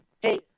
hey